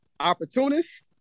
Opportunist